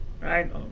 right